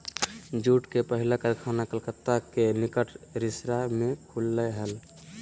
jute के पहला कारखाना कलकत्ता के निकट रिसरा में खुल लय हल